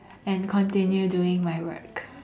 and continue doing my work